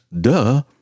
Duh